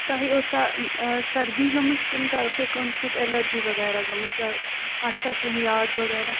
تۄہہِ ٲسا سردی گٲمٕژ کِنہٕ تۄہہِ ٲسوٕ کُنہِ سۭتۍ ایٚلَرجی وَغیرہ گٔمٕژ تۄہہِ آسیٛا کیٚنٛہہ یاد وَغیرہ